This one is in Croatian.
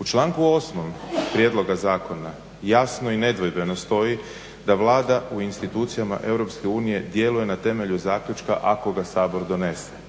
U članku 8. prijedloga zakona jasno i nedvojbeno stoji da Vlada u institucijama Europske unije djeluje na temelju zaključka ako ga Sabor donese.